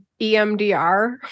EMDR